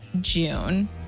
June